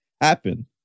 happen